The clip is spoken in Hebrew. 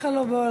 שככה לו בעולמו.